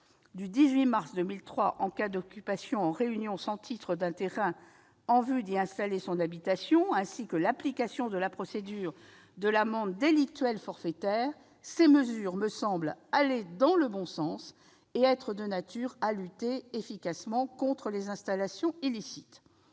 du 18 mars 2003 en cas d'occupation en réunion sans titre d'un terrain en vue d'y installer son habitation ainsi que l'application de la procédure de l'amende délictuelle forfaitaire sont des mesures qui me semblent aller dans le bon sens et être de nature à lutter efficacement contre les installations illicites.